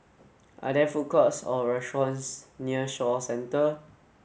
are there food courts or restaurants near Shaw Centre